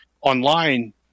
online